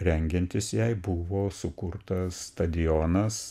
rengiantis jai buvo sukurtas stadionas